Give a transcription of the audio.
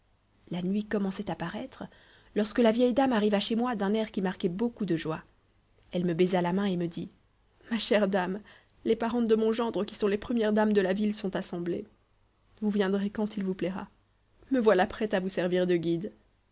la nuit commençait à paraître lorsque la vieille dame arriva chez moi d'un air qui marquait beaucoup de joie elle me baisa la main et me dit ma chère dame les parentes de mon gendre qui sont les premières dames de la ville sont assemblées vous viendrez quand il vous plaira me voilà prête à vous servir de guide